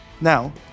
Now